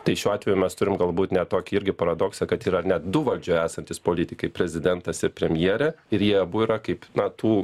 tai šiuo atveju mes turim galbūt net tokį irgi paradoksą kad yra net du valdžioje esantys politikai prezidentas ir premjerė ir jie abu yra kaip na tų